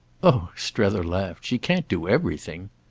oh, strether laughed, she can't do everything.